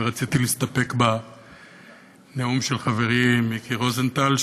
ורציתי להסתפק בנאום של חברי מיקי רוזנטל,